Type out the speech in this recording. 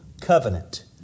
covenant